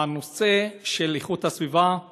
הנושא של הגנת הסביבה הוא